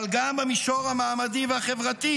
אבל גם במישור המעמדי והחברתי.